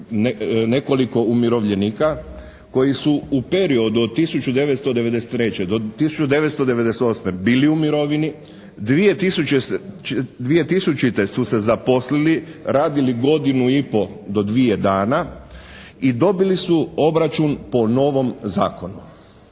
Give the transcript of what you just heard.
nekoliko umirovljenika koji su u periodu od 1993. do 1998. bili u mirovini, 2000. su se zaposlili, radili godinu i pol do dvije dana i dobili su obračun po novom zakonu.